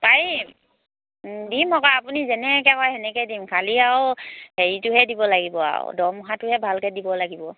পাৰিম দিম আকৌ আপুনি যেনেকৈ কয় সেনেকৈ দিম খালি আৰু হেৰিটোহে দিব লাগিব আৰু দৰমহাটোহে ভালকৈ দিব লাগিব